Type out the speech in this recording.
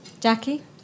Jackie